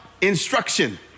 instruction